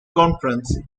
conference